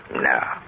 No